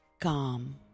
calm